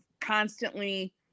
constantly